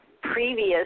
previous